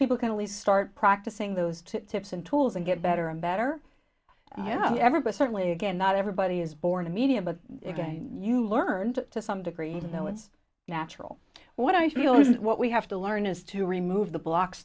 people can only start practicing those to tips and tools and get better and better everybody certainly again not everybody is born the media but you learned to some degree even though it's natural what i feel is what we have to learn is to remove the blocks